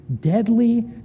deadly